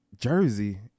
jersey